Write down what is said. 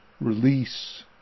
release